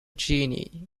genie